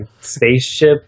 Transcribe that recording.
spaceship